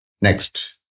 Next